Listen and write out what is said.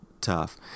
tough